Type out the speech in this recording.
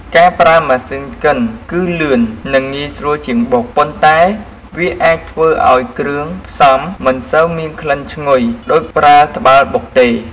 ការប្រើម៉ាស៊ីនកិនគឺ លឿន និងងាយស្រួលជាងបុក ប៉ុន្តែវាអាចធ្វើឱ្យគ្រឿងផ្សំមិនសូវមានក្លិនឈ្ងុយដូចប្រើត្បាល់បុកទេ។